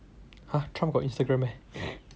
!huh! trump got Instagram meh